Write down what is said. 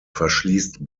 verschließt